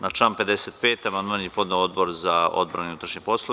Na član 55. amandman je podneo Odbora za odbranu i unutrašnje poslove.